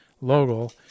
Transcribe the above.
logo